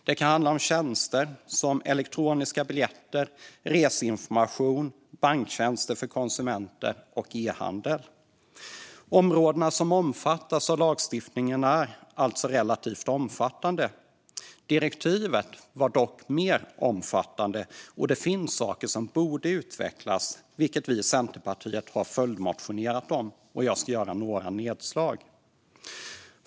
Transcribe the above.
Det kan handla om tjänster som elektroniska biljetter, reseinformation, banktjänster för konsumenter och e-handel. Områdena som omfattas av lagstiftningen är alltså relativt omfattande. Direktivet var dock mer omfattande, och det finns saker som borde utvecklas, vilket vi i Centerpartiet har följdmotionerat om. Jag ska göra några nedslag.